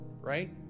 right